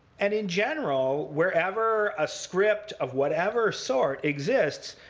and in general, wherever a script of whatever sort exists,